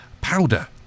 Powder